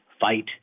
fight